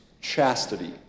chastity